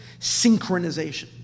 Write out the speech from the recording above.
synchronization